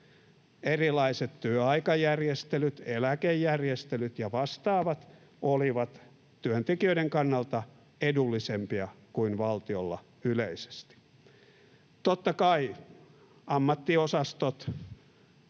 erilaiset työaikajärjestelyt, eläkejärjestelyt ja vastaavat olivat työntekijöiden kannalta edullisempia kuin valtiolla yleisesti. Totta kai ammattiosastot